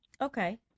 Okay